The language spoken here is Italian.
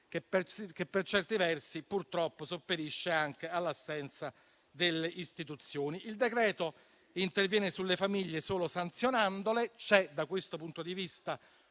che, per certi versi, purtroppo sopperisce anche all'assenza delle istituzioni. Il decreto interviene sulle famiglie solo sanzionandole e, da questo punto di vista,